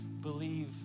believe